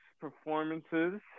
performances